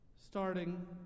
Starting